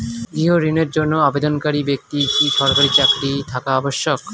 গৃহ ঋণের জন্য আবেদনকারী ব্যক্তি কি সরকারি চাকরি থাকা আবশ্যক?